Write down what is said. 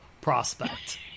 prospect